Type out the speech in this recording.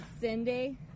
Cindy